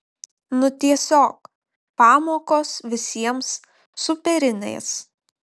nu tiesiog pamokos visiems superinės